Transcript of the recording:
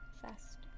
fast